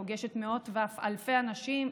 פוגשת מאות ואף אלפי אנשים,